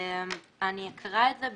אני אקרא את זה,